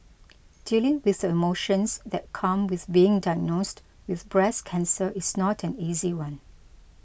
dealing with the emotions that come with being diagnosed with breast cancer is not an easy one